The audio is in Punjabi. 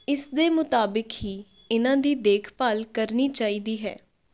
ਇਸ ਦੇ ਮੁਤਾਬਿਕ ਹੀ ਇਹਨਾਂ ਦੀ ਦੇਖਭਾਲ ਕਰਨੀ ਚਾਹੀਦੀ ਹੈ